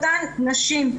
בנושא.